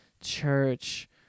church